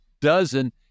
dozen